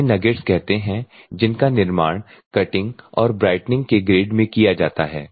इन्हें नगेट्स कहते हैं जिनका निर्माण कटिंग और ब्राइटनिंग के ग्रेड में किया जाता है